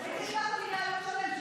תתגבר.